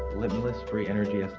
limitless free energy